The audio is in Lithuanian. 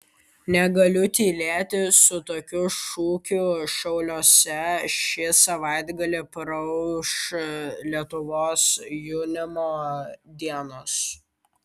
negaliu tylėti su tokiu šūkiu šiauliuose šį savaitgalį praūš lietuvos jaunimo dienos